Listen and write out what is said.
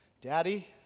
Daddy